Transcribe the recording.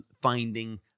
finding